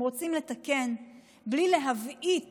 אתם רוצים לתקן בלי להבעית